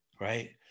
right